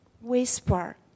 whisper